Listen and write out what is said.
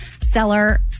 seller